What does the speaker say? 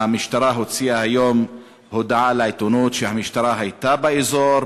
המשטרה הוציאה היום הודעה לעיתונות שהמשטרה הייתה באזור,